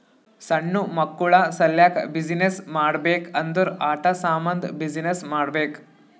ಸಣ್ಣು ಮಕ್ಕುಳ ಸಲ್ಯಾಕ್ ಬಿಸಿನ್ನೆಸ್ ಮಾಡ್ಬೇಕ್ ಅಂದುರ್ ಆಟಾ ಸಾಮಂದ್ ಬಿಸಿನ್ನೆಸ್ ಮಾಡ್ಬೇಕ್